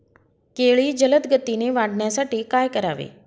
केळी जलदगतीने वाढण्यासाठी काय करावे?